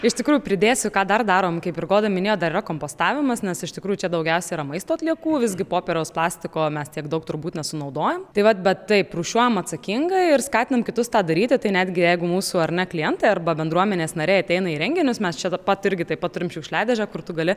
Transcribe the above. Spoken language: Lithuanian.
iš tikrųjų pridėsiu ką dar darom kaip ir goda minėjo dar yra kompostavimas nes iš tikrųjų čia daugiausiai yra maisto atliekų visgi popieriaus plastiko mes tiek daug turbūt nesunaudojam tai vat bet taip rūšiuojam atsakingai ir skatinam kitus tą daryti tai netgi jeigu mūsų ar ne klientai arba bendruomenės nariai ateina į renginius mes čia ta pat irgi taip pat turim šiukšliadėžę kur tu gali